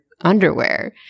underwear